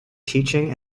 teaching